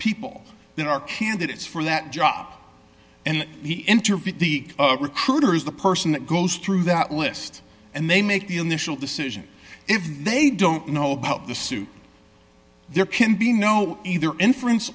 people there are candidates for that job and he interviewed the recruiter is the person that goes through that list and they make the initial decision if they don't know about the suit there can be no either inference